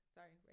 Sorry